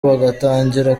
bagatangira